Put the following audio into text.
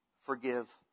Forgive